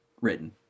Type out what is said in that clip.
written